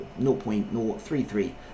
0.033